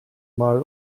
mal